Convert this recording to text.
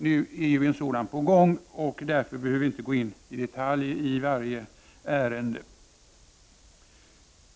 Nu är en sådan i gång, och därför behöver man inte detaljerat gå in på varje ärende.